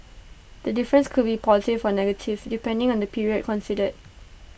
the difference could be positive or negative depending on the period considered